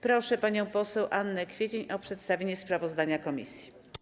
Proszę panią poseł Annę Kwiecień o przedstawienie sprawozdania komisji.